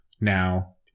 now